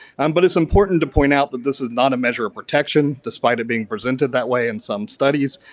um but, it's important to point out that this is not a measure of protection despite of being presented that way in some studies.